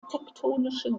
tektonische